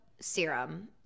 Serum